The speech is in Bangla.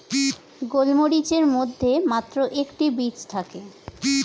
গোলমরিচের মধ্যে মাত্র একটি বীজ থাকে